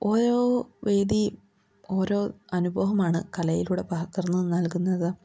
ഓരോ വേദി ഓരോ അനുഭവമാണ് കലയിലൂടെ പകർന്നു നൽകുന്നത്